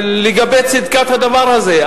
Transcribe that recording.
לגבי צדקת הדבר הזה.